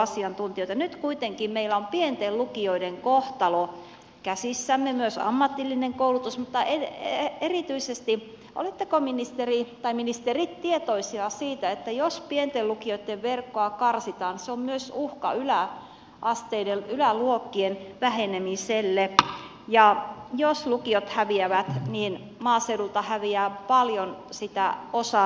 nyt kuitenkin meillä on pienten lukioiden kohtalo käsissämme myös ammatillinen koulutus mutta oletteko ministerit tietoisia siitä että jos pienten lukioitten verkkoa karsitaan se uhkaa myös vähentää yläasteiden yläluokkia ja jos lukiot häviävät niin maaseudulta häviää paljon sitä osaamista taitamista